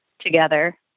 together